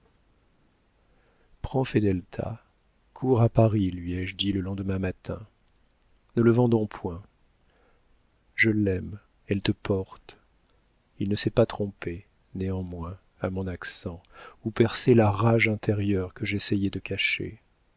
vieilli prends fedelta cours à paris lui ai-je dit le lendemain matin ne la vendons point je l'aime elle te porte il ne s'est pas trompé néanmoins à mon accent où perçait la rage intérieure que j'essayais de cacher